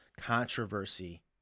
controversy